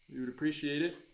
we would appreciate it.